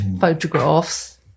photographs